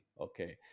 okay